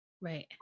Right